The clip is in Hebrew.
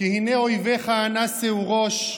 "כי הנה אויביך, נשאו ראש.